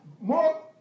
more